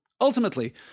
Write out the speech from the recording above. Ultimately